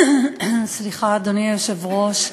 אדוני היושב-ראש,